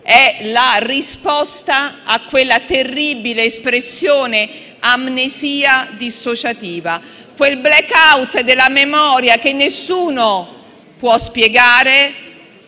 È la risposta alla terribile espressione «amnesia dissociativa», quel *blackout* della memoria che nessuno può spiegare,